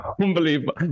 Unbelievable